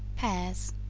pears.